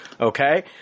okay